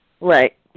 Right